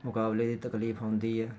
ਮੁਕਾਬਲੇ ਦੀ ਤਕਲੀਫ ਹੁੰਦੀ ਹੈ